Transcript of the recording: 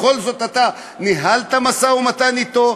בכל זאת אתה ניהלת משא-ומתן אתו.